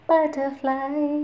Butterfly